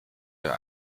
der